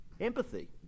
Empathy